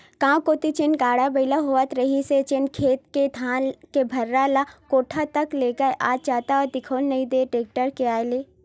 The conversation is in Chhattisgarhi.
गाँव कोती जेन गाड़ा बइला होवत रिहिस हे जेनहा खेत ले धान के भारा ल कोठार तक लेगय आज जादा दिखउल नइ देय टेक्टर के आय ले